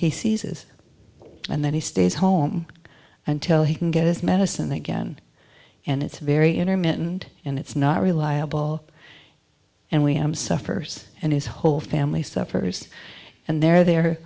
seizes and then he stays home until he can get his medicine again and it's very intermittent and it's not reliable and we am suffers and his whole family suffers and there they